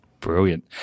Brilliant